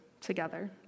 together